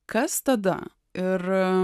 kas tada ir